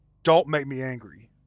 don't make me angry!